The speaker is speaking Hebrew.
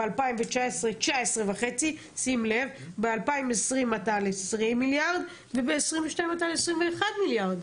ב-2019 זה 19.5 וב-2020 אתה על 20 מיליארד וב-2021 אתה על 21 מיליארד.